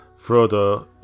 Frodo